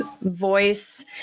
voice